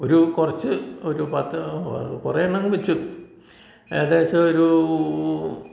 ഒരു കുറച്ച് ഒരു പത്ത് കുറേ എണ്ണം അങ്ങ് വെച്ചു ഏകദേശം ഒരു